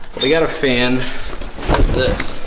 but we got a fin this